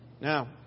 Now